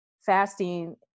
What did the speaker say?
fasting